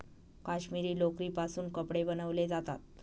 काश्मिरी लोकरीपासून कपडे बनवले जातात